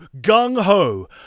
gung-ho